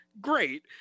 great